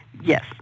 Yes